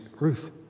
Ruth